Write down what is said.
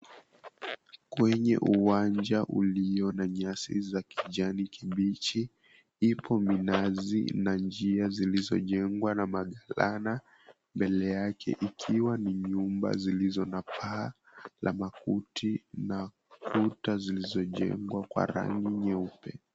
Kwenye uwanja ulio na nyasi za kijani kibichi, ipo minazi na njia zilizojengwa na maghalana. Mbele yake ikiwa ni nyumba zilizo na paa la makuti na kuta zilizojengwa kwa rangi nyeupe.